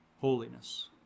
Holiness